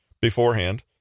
Beforehand